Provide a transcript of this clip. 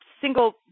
single